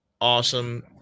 awesome